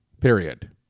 period